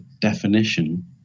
definition